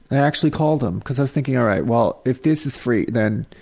i actually called them because i was thinking, all right, well, if this is free, then,